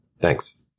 Thanks